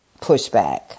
pushback